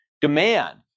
demand